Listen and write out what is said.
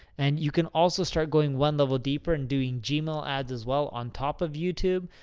and you can also start going one level deeper and doing gmail ads, as well, on top of youtube.